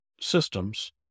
systems